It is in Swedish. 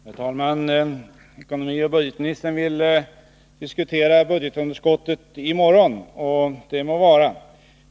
Herr talman! Ekonomioch budgetministern vill först i morgon diskutera budgetunderskottet. Det må vara.